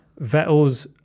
vettel's